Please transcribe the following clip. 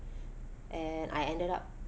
and I ended up